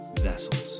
vessels